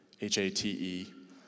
H-A-T-E